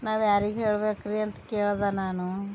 ನಾವ್ಯಾರಿಗೆ ಹೇಳಬೇಕ್ರಿ ಅಂತ ಕೇಳಿದೆ ನಾನು